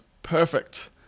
Perfect